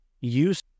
use